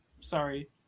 sorry –